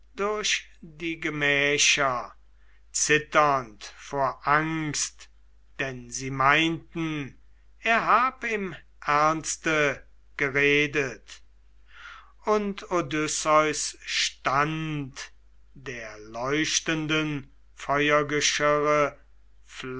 durch die gemächer zitternd vor angst denn sie meinten er hab im ernste geredet und odysseus stand der leuchtenden